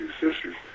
sisters